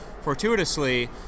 fortuitously